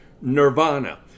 nirvana